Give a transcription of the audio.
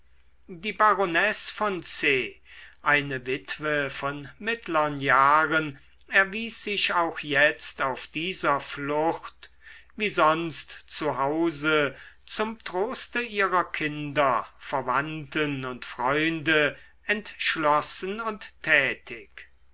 die baronesse von c eine witwe von mittlern jahren erwies sich auch jetzt auf dieser flucht wie sonst zu hause zum troste ihrer kinder verwandten und freunde entschlossen und tätig